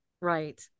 right